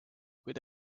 kuid